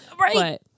right